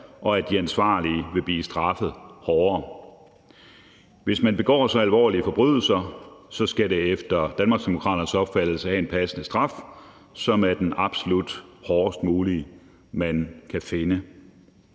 og at de ansvarlige vil blive straffet hårdere. Hvis man begår så alvorlige forbrydelser, skal det efter Danmarksdemokraternes opfattelse have en passende straf, som er den absolut hårdest mulige, man kan finde.